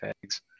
tags